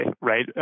right